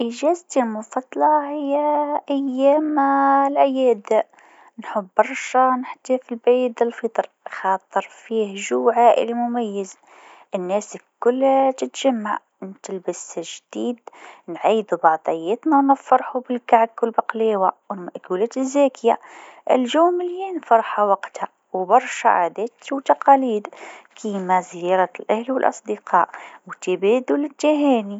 أجازتي المفضلة هي عيد الفطر. نحبها لأنها تجمع العائلة والأصحاب، وكل واحد يجي بفرحة جديدة. الأجواء فيها بهجة، والأكل يكون لذيذ، خاصة الحلويات. نحب نلبس جديد ونوزع العيديات على الصغار، ونشوف الابتسامة على وجوههم. زيدا، العيد يخلينا نحس بقيمة الصداقة والعلاقات، وهذا الشيء يفرحني برشا!